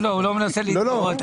הוא לא מנסה להתגרות.